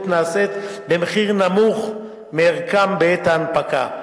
נעשית במחיר נמוך מערכן בעת ההנפקה,